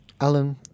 Alan